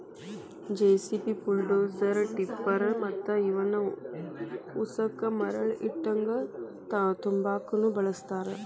JCB, bulldozer, tipper ಮತ್ತ ಇವನ್ ಉಸಕ ಮರಳ ಇಟ್ಟಂಗಿ ತುಂಬಾಕುನು ಬಳಸ್ತಾರ